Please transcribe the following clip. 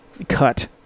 cut